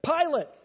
Pilate